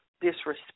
disrespect